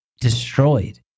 destroyed